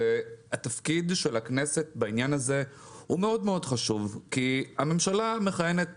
התפקיד של הכנסת בעניין הזה הוא חשוב מאוד כי הממשלה מכהנת